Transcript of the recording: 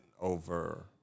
Over